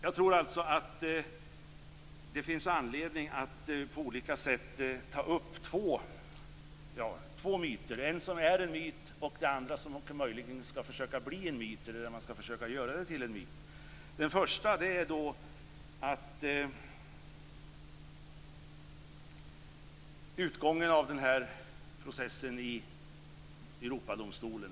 Jag tror alltså att det finns anledning att på olika sätt ta upp två myter, en som är en myt och en annan som man möjligen skall försöka göra till en myt. Den första gäller utgången av processen i Europadomstolen.